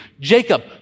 Jacob